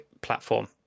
platform